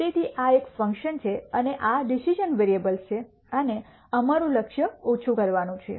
તેથી આ એક ફંકશન છે અને આ ડિસિશ઼ન વેરીએબલ્સ છે અને અમારું લક્ષ્ય ઓછું કરવાનું છે